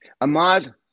Ahmad